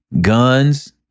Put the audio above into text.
Guns